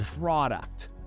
product